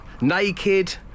Naked